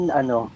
ano